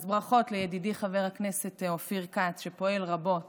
אז ברכות לידידי חבר הכנסת אופיר כץ, שפועל רבות